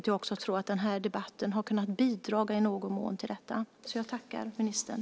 Jag tror att den här debatten har kunnat bidra till det i någon mån.